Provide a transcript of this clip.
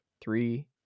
three